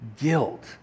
guilt